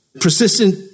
Persistent